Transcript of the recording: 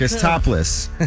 topless